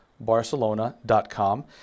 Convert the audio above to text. barcelona.com